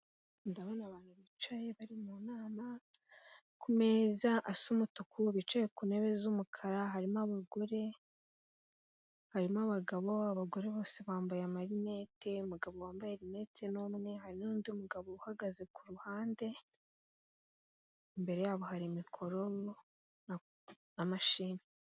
Ndabona abantu bicaye bari mu nama ku meza asa umutuku bicaye ku ntebe z'umukara harimo abagore harimo abagabo ,abagore bose bambaye amarinete umugabo wambaye rinete n'umwe, hari n'undi mugabo uhagaze ku ruhande imbere y'abo hari mikoro na mashini.